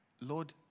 Lord